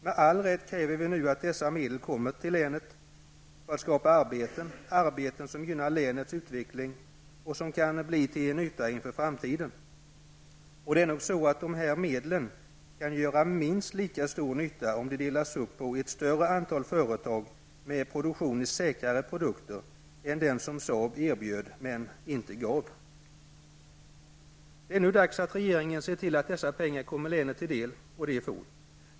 Med all rätt kräver vi nu att dessa medel kommer länet till del för att skapa arbeten, arbeten som gynnar länets utveckling och som kan bli till nytta inför framtiden. Dessa medel kan nog göra minst lika stor nytta om de delas upp på ett större antal företag med produktion i säkrare produkter än den produktion som Saab erbjöd men inte gav. Det är nu dags att regeringen ser till att dessa pengar kommer länet till del och det fort.